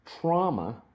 trauma